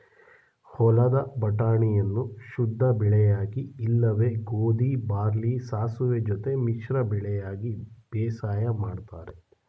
ಹೊಲದ ಬಟಾಣಿಯನ್ನು ಶುದ್ಧಬೆಳೆಯಾಗಿ ಇಲ್ಲವೆ ಗೋಧಿ ಬಾರ್ಲಿ ಸಾಸುವೆ ಜೊತೆ ಮಿಶ್ರ ಬೆಳೆಯಾಗಿ ಬೇಸಾಯ ಮಾಡ್ತರೆ